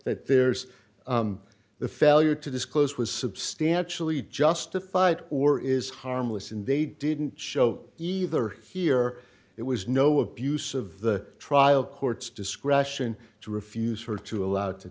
that there's the failure to disclose was substantially justified or is harmless and they didn't show either here it was no abuse of the trial court's discretion to refuse her to allow to